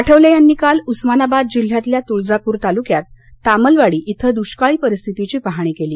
आठवले यांनी काल उस्मानाबाद जिल्ह्यातल्या तुळजापूर तालुक्यात तामलवाडी इथं दुष्काळी परिस्थितीची पाहणी केली